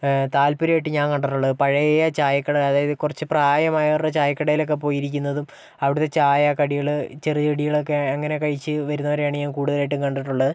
താൽപര്യമായിട്ട് ഞാന് കണ്ടിട്ടുള്ളത് പഴയ ചായക്കട അതായത് കുറച്ച് പ്രായമായവരുടെ ചായക്കടയിലൊക്കെ പോയി ഇരിക്കുന്നതും അവിടത്തെ ചായ കടികള് ചെറു കടികള് ഒക്കെ അങ്ങെനെ കഴിച്ച് വരുന്നവരെയാണ് ഞാന് കൂടുതലായിട്ടും കണ്ടിട്ടുള്ളത്